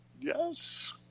yes